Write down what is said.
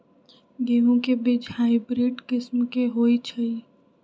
गेंहू के बीज हाइब्रिड किस्म के होई छई?